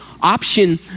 option